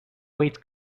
weights